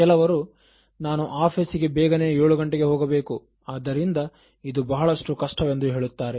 ಕೆಲವರು ನಾನು ಆಫೀಸಿಗೆ ಬೇಗನೆ ಏಳು ಗಂಟೆಗೆ ಹೋಗಬೇಕು ಆದ್ದರಿಂದ ಇದು ಬಹಳಷ್ಟು ಕಷ್ಟವೆಂದು ಹೇಳುತ್ತಾರೆ